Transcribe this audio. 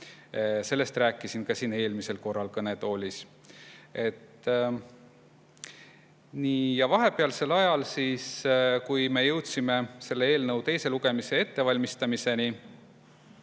Sellest rääkisin ka eelmisel korral siin kõnetoolis. Vahepealsel ajal, kui me jõudsime selle eelnõu teise lugemise ettevalmistamiseni,